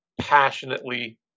passionately